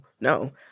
no